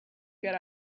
good